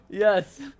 Yes